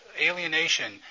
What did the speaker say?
alienation